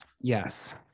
Yes